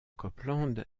copeland